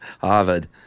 Harvard